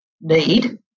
need